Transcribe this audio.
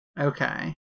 Okay